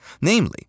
namely